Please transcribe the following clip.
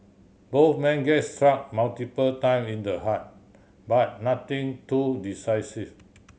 both men get struck multiple time in the head but nothing too decisive